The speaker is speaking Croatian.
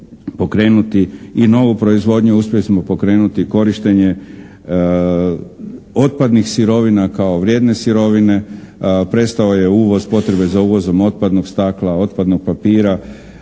i novu proizvodnju, uspjeli smo pokrenuti korištenje otpadnih sirovina kao vrijedne sirovine. Prestao je uvoz, potrebe za uvozom otpadnog stakla, otpadnog papira,